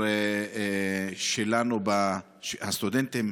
לכך שהסטודנטים,